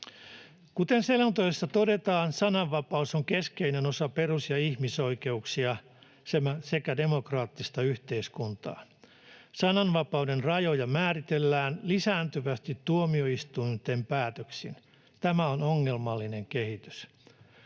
Kuten selonteossa todetaan, sananvapaus on keskeinen osa perus- ja ihmisoikeuksia sekä demokraattista yhteiskuntaa. Sananvapauden rajoja määritellään lisääntyvästi tuomioistuinten päätöksin. Tämä on ongelmallinen kehitys.